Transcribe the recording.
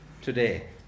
today